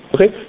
Okay